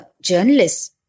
journalists